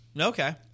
Okay